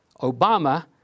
Obama